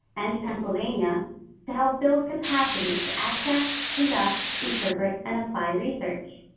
and pennsylvania to help build capacity to access, conduct, interpret, and apply research.